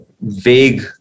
vague